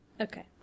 Okay